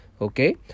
Okay